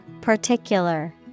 Particular